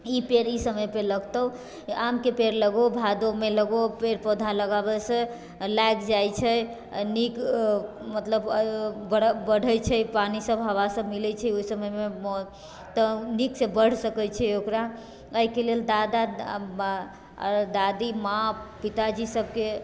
ई पेड़ ई समयपर लगतौ आमके पेड़ लगो ओ भादोमे लगो ओ पेड़ पौधा लगाबैसँ लागि जाइ छै नीक मतलब बड़ बढ़ै छै पानि सब हवा सब मिलै छै ओय समयमे तऽ नीकसँ बढ़ि सकै छै ओकरा अयके लेल दादा ब दादी माँ पिताजी सबके